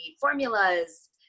formulas